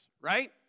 right